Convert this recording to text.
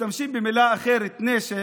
משתמשים במילה נשק,